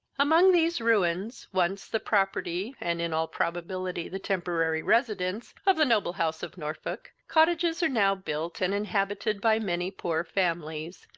among these ruins, once the property, and, in all probability, the temporary residence, of the noble house of norfolk, cottages are now built, and inhabited by many poor families,